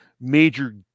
major